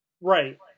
Right